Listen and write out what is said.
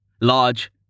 Large-